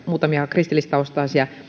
muutamia kristillistaustaisia